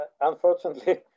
Unfortunately